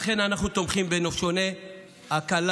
לכן אנחנו תומכים בנופשוני הקלה.